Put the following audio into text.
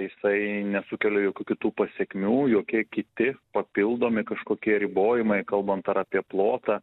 jisai nesukelia jokių kitų pasekmių jokie kiti papildomi kažkokie ribojimai kalbant ar apie plotą